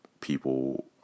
people